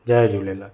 Jay Jhulelal